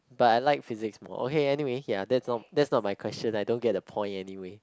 but I like Physics more okay anyway ya that's not that's not my question I don't get the point anyway